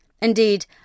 Indeed